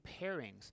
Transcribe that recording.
pairings